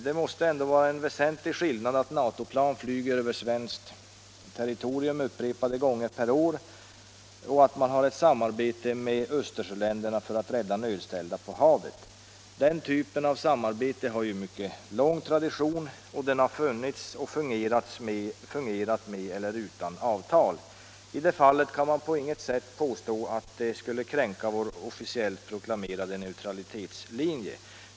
Det måste ändå vara en väsentlig skillnad mellan att NATO-plan flyger över svenskt territorium upprepade gånger per år och att man har ett samarbete med Östersjöländerna för att rädda nödställda på havet. Den typen av samarbete har ju mycket lång tradition och har funnits och fungerat med eller utan avtal. I det fallet kan man på inget sätt påstå att samarbetet skulle kränka vår officiellt proklamerade neutralitetslinje.